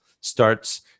starts